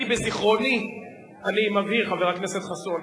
אני מבהיר, חבר הכנסת חסון,